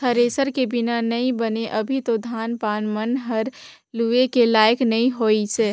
thresher के बिना नइ बने अभी तो धान पान मन हर लुए के लाइक नइ होइसे